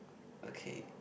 okay